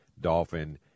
dolphin